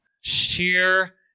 Sheer